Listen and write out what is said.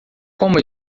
como